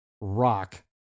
rock